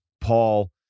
Paul